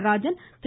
Natarajan Thiru